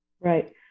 Right